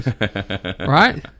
Right